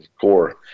core